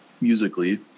musically